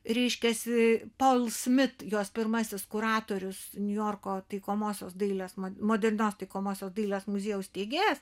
reiškiasi pol smit jos pirmasis kuratorius niujorko taikomosios dailės modernios taikomosios dailės muziejaus steigėjas